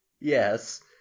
Yes